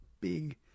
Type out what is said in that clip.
big